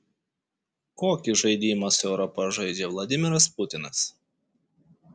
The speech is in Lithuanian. kokį žaidimą su europa žaidžia vladimiras putinas